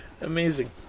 Amazing